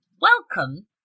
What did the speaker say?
welcome